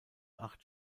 acht